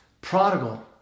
prodigal